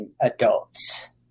adults